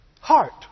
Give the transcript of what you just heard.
heart